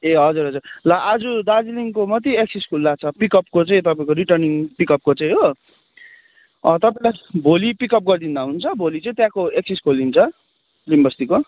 ए हजुर हजुर ला आज दार्जिलिङको मात्रै एक्सेस खुल्ला छ पिकअपको चाहिं तपाईँको रिटर्निङ पिकअपको चाहिँ हो तपाईँलाई भोलि पिकअप गरिदिँदा हुन्छ भोलि चाहिँ त्यहाँको एक्सेस खोलिन्छ लिम बस्तीको